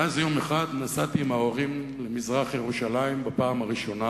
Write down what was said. יום אחד נסעתי עם ההורים למזרח-ירושלים בפעם הראשונה,